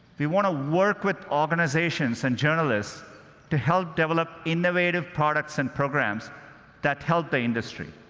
we want to work with organizations and journalists to help develop innovative products and programs that help the industry.